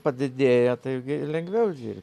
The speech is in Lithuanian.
padidėja taigi ir lengviau dirbt